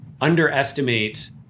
underestimate